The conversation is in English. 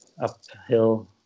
uphill